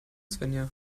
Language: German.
svenja